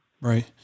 Right